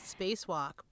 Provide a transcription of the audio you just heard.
spacewalk